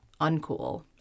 uncool